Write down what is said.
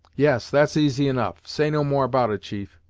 yes, that's easy enough. say no more about it chief,